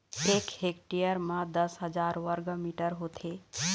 एक हेक्टेयर म दस हजार वर्ग मीटर होथे